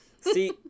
See